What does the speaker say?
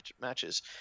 matches